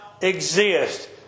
exist